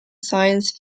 science